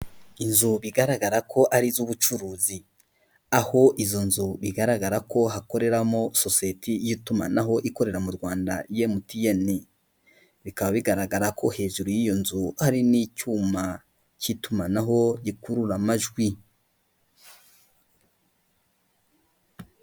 Inzu bigaragara ko ari iz'ubucuruzi aho izo nzu bigaragara ko hakoreramo sosiyete y'itumanaho ikorera mu Rwanda emutiyene, bikaba bigaragara ko hejuru y'iyo nzu hari n'icyuma cy'itumanaho gikurura amajwi.